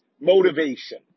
motivation